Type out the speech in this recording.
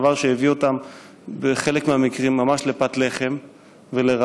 דבר שהביא אותם בחלק מהמקרים ממש לפת לחם ולרעב.